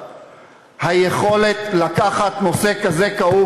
לא רק שאני מוכן שתבטא את הרגש שלך,